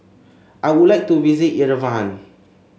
I would like to visit Yerevan